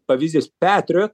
pavyzdys petriot